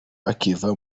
bakiva